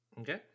Okay